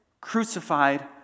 crucified